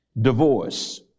divorce